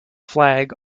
flag